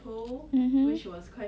oh my god